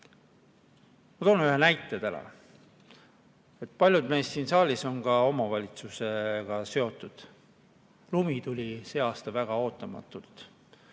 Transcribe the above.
Ma toon ühe näite. Paljud meist siin saalis on ka omavalitsusega seotud. Lumi tuli see aasta väga ootamatult.